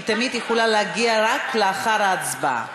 היא תמיד יכולה להגיע רק לאחר ההצבעה.